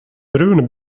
brun